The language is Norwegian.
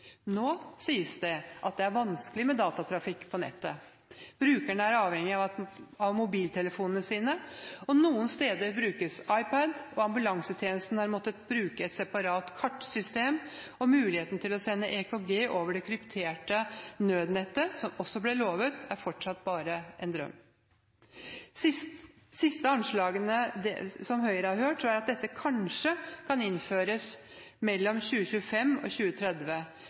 Nå sies det at det er vanskelig med datatrafikk på nettet. Brukerne er avhengige av mobiltelefonene sine, noen steder brukes iPad, ambulansetjenesten har måttet bruke et separat kartsystem, og mulighetene til å sende EKG over det krypterte nødnettet, som også ble lovet, er fortsatt bare en drøm. Siste anslagene som Høyre har hørt, er at dette kanskje kan innføres mellom 2025 og 2030,